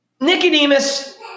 Nicodemus